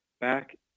back